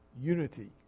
unity